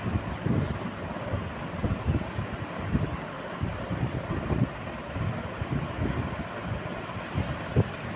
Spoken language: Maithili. खाता खोलबे मे आधार और पेन कार्ड दोनों लागत?